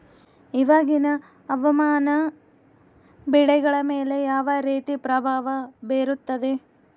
ಇವಾಗಿನ ಹವಾಮಾನ ಬೆಳೆಗಳ ಮೇಲೆ ಯಾವ ರೇತಿ ಪ್ರಭಾವ ಬೇರುತ್ತದೆ?